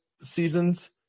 seasons